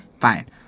fine